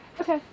Okay